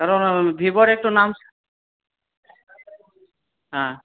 কারণ ভিভোর একটু নাম হ্যাঁ